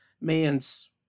man's